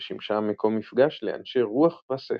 ושימשה מקום מפגש לאנשי רוח וספר.